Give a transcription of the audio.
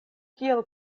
kiel